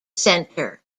center